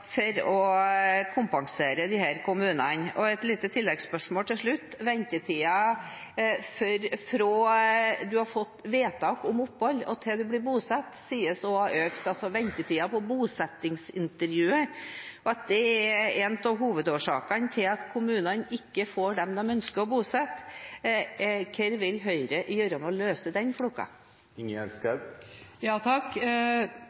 kompensere disse kommunene? Og et lite tilleggsspørsmål til slutt: Ventetiden fra man har fått vedtak om opphold, til man blir bosatt, sies å ha økt – altså ventetiden på bosettingsintervjuet – og at det er en av hovedårsakene til at kommunene ikke får dem de ønsker å bosette. Hva vil Høyre gjøre for å løse den